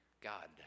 god